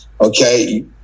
Okay